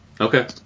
Okay